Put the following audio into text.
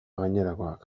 gainerakoak